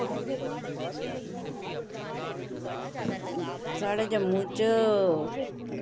साढ़े जम्मू च